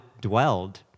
dwelled